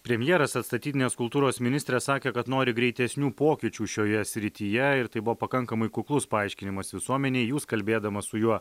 premjeras atstatydinęs kultūros ministrę sakė kad nori greitesnių pokyčių šioje srityje ir tai buvo pakankamai kuklus paaiškinimas visuomenei jūs kalbėdamas su juo